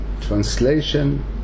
translation